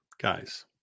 guys